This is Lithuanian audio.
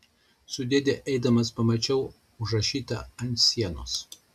su dėde eidamas pamačiau užrašytą ant sienos